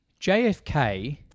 JFK